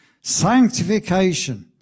sanctification